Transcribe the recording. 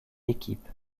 équipes